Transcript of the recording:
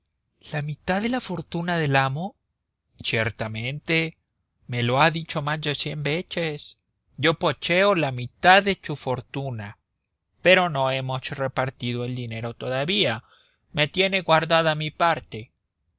la mitad de la fortuna del amo ciertamente me lo ha dicho más de cien veces yo poseo la mitad de su fortuna pero no hemos repartido el dinero todavía me tiene guardada mi parte